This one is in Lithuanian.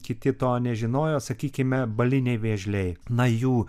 kiti to nežinojo sakykime baliniai vėžliai na jų